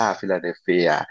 Philadelphia